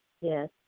Yes